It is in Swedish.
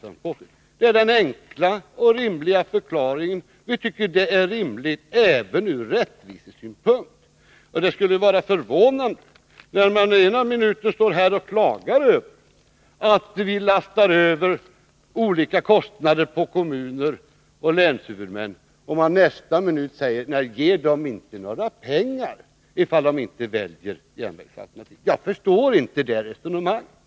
Detta är den enkla och rimliga förklaringen. Vi tycker att det är rimligt även ur rättvisesynpunkt. Det är förvånande när man ena minuten står här och klagar över att vi lastar över olika kostnader på kommuner och länshuvudmän och nästa minut säger: Nej, ge dem inga pengar, ifall de inte väljer järnvägsalternativet. Jag förstår inte det resonemanget.